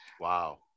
Wow